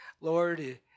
Lord